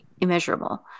immeasurable